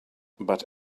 but